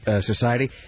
society